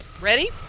ready